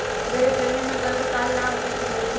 भेड़ के गर्मी में गर्भकाल ना होखे के चाही